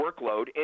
workload